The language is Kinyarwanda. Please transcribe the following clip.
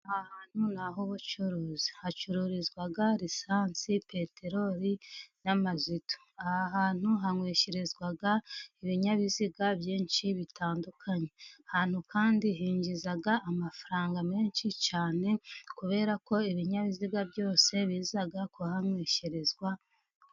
Aha hantu ni ah'ubucuruzi hacururizwa risansi, peteroli, na mazutu. Aha hantu hanywesherezwa ibinyabiziga byinshi bitandukanye ,ahantu kandi hinjiza amafaranga menshi cyane kubera ko ibinyabiziga byose biza kuhanywesherezwa.